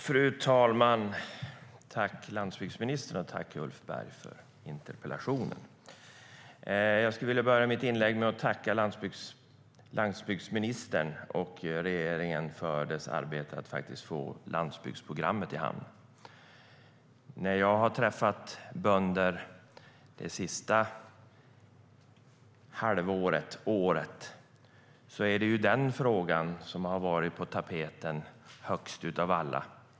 Fru talman! Tack, Ulf Berg, för interpellationen! Jag skulle vilja börja mitt inlägg med att tacka landsbygdsministern och regeringen för deras arbete med att föra landsbygdsprogrammet i hamn. När jag träffat bönder det senaste halvåret eller året har framför allt frågan om landsbygdsprogrammet varit på tapeten.